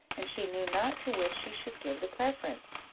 and she knew not to which she should give the preference,